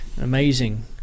amazing